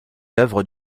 l’œuvre